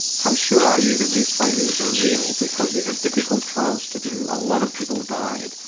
how sure are you that these findings are real, because these are difficult trials to do, a lot of people died,